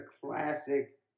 classic